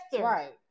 right